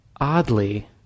Oddly